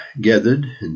gathered